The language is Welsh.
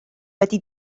wedi